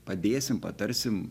padėsim patarsim